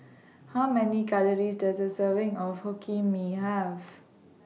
How Many Calories Does A Serving of Hokkien Mee Have